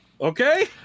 Okay